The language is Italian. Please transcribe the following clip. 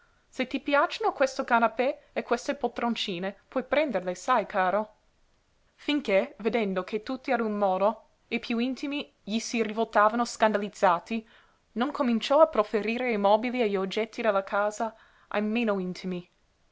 se ti piacciono questo canapè e queste poltroncine puoi prenderle sai caro finché vedendo che tutti a un modo i piú intimi gli si rivoltavano scandalizzati non cominciò a profferire i mobili e gli oggetti della casa ai meno intimi